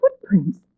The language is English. footprints